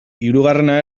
hirugarrena